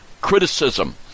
criticism